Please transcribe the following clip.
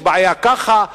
יש בעיה ככה,